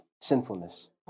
sinfulness